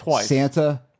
Santa